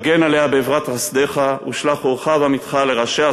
הגן עליה באברת חסדך ושלח אורך ואמיתך לראשיה,